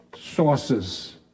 sources